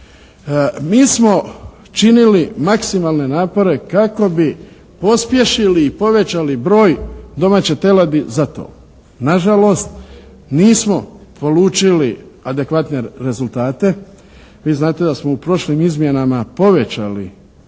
Mi smo činili maksimalne napore kako bi pospješili i povećali broj domaće teladi za to. Na žalost, nismo polučili adekvatne rezultate. Vi znate da smo u prošlim izmjenama povećali